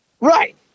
Right